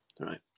right